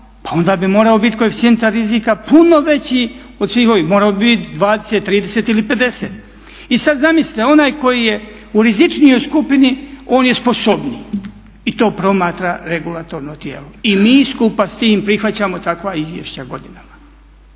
pa onda bi morao biti koeficijent rizika puno veći, morao bi biti 20, 30 ili 50. I sada zamislite onaj koji je u rizičnijoj skupini on je sposobniji i to promatra regulatorno tijelo. I mi skupa s time prihvaćamo takva izvješća godinama.